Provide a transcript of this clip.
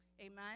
Amen